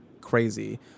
crazy